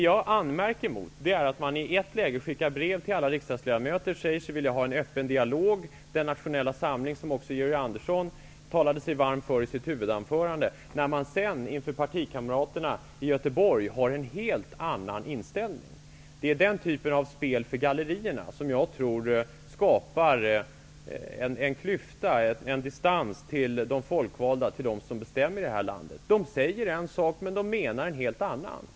Jag anmärker mot att han i ett läge skickar brev till alla riksdagsledamöter och säger sig vilja ha en öppen dialog och den nationella samling som också Georg Andersson talade sig varm för i sitt huvudanförande och sedan inför partikamraterna i Göteborg har en helt annan inställning. Det är den typen av spel för gallerierna som jag tror skapar en klyfta och en distans till de folkvalda, de som bestämmer i det här landet. De säger en sak menar en helt annan.